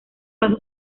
paso